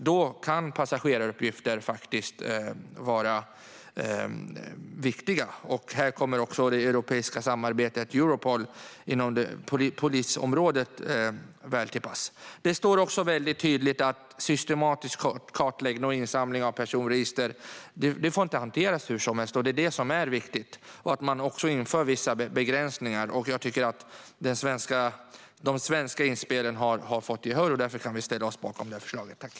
Då kan passageraruppgifter faktiskt vara viktiga. Här kommer också det europeiska samarbetet på polisområdet, Europol, väl till pass. Det står också tydligt att systematisk kartläggning och insamling av personuppgifter inte får hanteras hur som helst, vilket är viktigt, och att man inför vissa begränsningar. Vi tycker att de svenska inspelen har fått gehör och kan därför ställa oss bakom utskottets förslag.